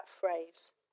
phrase